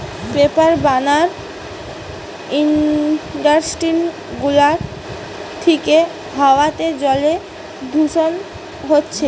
paper বানানার industry গুলা থিকে হাওয়াতে জলে দূষণ হচ্ছে